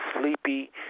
sleepy